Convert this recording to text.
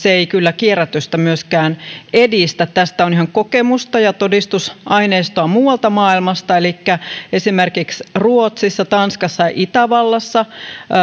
heikennetään ei kyllä kierrätystä myöskään edistä tästä on ihan kokemusta ja todistusaineistoa muualta maailmasta elikkä esimerkiksi ruotsissa tanskassa ja itävallassa